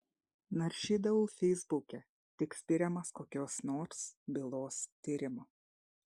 naršydavau feisbuke tik spiriamas kokios nors bylos tyrimo